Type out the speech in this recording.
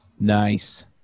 nice